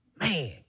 Man